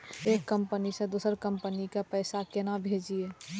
एक कंपनी से दोसर कंपनी के पैसा केना भेजये?